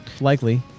likely